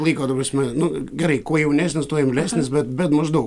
laiko ta prasme nu gerai kuo jaunesnis tuo imlesnis bet bet maždaug